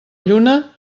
lluna